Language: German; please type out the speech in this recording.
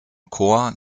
corps